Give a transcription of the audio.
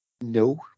No